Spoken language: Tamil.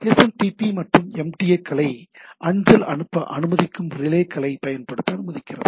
எஸ்எம்டிபி மற்ற எம்டிஏக்களை அஞ்சல் அனுப்ப அனுமதிக்கும் ரிலேக்களைப் பயன்படுத்த அனுமதிக்கிறது